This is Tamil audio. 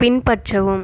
பின்பற்றவும்